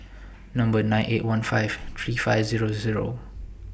Number nine eight one five three five Zero Zero